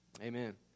Amen